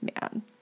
man